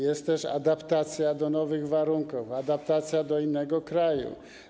Jest też adaptacja do nowych warunków, adaptacja do innego kraju.